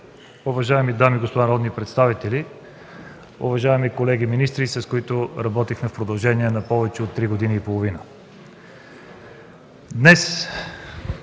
уважаеми дами и господа народни представители, уважаеми колеги министри, с които работихме в продължение на повече от три години и половина! Днес